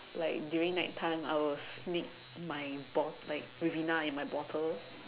like during night time I will sneak my bot~ like Ribena in my bottle